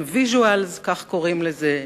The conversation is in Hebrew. עם "ויז'ואלז" כך קוראים לזה,